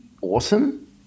awesome